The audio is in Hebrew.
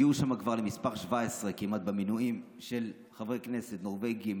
הגיעו שם כבר למספר 17 כמעט במינויים של חברי כנסת: נורבגים,